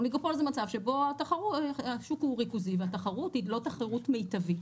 אוליגופול זה מצב שבו השוק הוא ריכוזי והתחרות היא לא תחרות מיטבית.